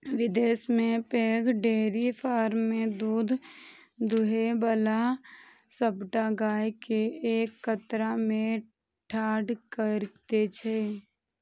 विदेश मे पैघ डेयरी फार्म मे दूध दुहै बला सबटा गाय कें एक कतार मे ठाढ़ कैर दै छै